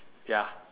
ya